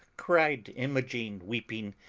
cried imogen, weeping,